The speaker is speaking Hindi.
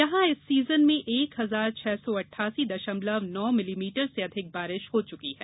यहां इस सीजन में एक हजार छह सौ अट्ठासी दशमलव नौ मिलीमीटर से अधिक बारिश हो चुकी है